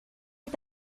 est